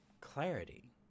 clarity